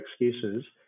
excuses